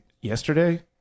yesterday